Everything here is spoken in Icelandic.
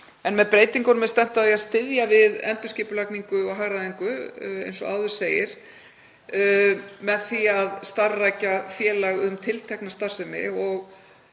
En með breytingunum er stefnt að því að styðja við endurskipulagningu og hagræðingu, eins og áður segir, með því að starfrækja félag um tiltekna starfsemi. Og